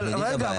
רגע,